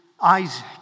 Isaac